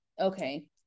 Okay